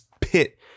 pit